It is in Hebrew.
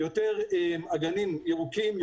יותר אגנים ירוקים,